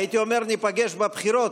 הייתי אומר: ניפגש בבחירות,